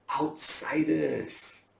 outsiders